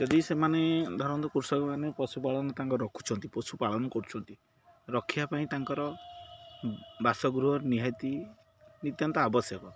ଯଦି ସେମାନେ ଧରନ୍ତୁ କୃଷକମାନେ ପଶୁପାଳନ ତାଙ୍କ ରଖୁଛନ୍ତି ପଶୁପାଳନ କରୁଛନ୍ତି ରଖିବା ପାଇଁ ତାଙ୍କର ବାସଗୃହର ନିହାତି ନିତାନ୍ତ ଆବଶ୍ୟକ